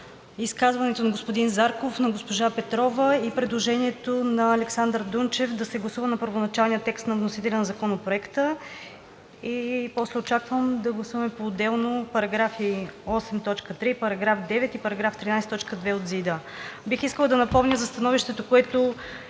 изказването на господин Зарков, на госпожа Петрова и предложението на Александър Дунчев да се гласува първоначалният текст на вносителя на Законопроекта. После очаквам да гласуваме поотделно § 8, т. 3, § 9 и § 13, т. 2 от ЗИД-а. Бих искала да напомня за становището, което